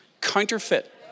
counterfeit